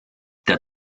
der